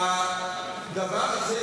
מאיש,